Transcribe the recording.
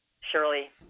Shirley